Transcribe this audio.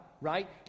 right